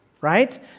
right